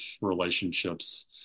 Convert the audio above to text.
relationships